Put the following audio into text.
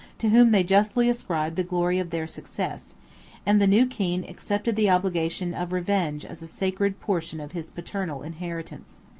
to whom they justly ascribed the glory of their success and the new king accepted the obligation of revenge as a sacred portion of his paternal inheritance.